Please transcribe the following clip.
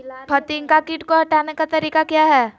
फतिंगा किट को हटाने का तरीका क्या है?